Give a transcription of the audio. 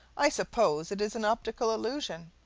i suppose it is an optical illusion.